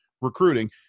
recruiting